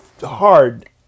hard